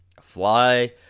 fly